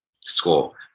school